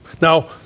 Now